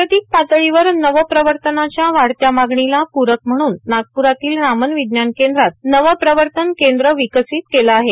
जागतिक पातळीवर नवप्रवर्तनाच्या वाढत्या मागणीला प्रक म्हणून नागप्रातील रामन विज्ञान केद्रांत नवप्रवर्तन केंद्र विकसित केलं आहे